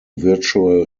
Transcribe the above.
virtual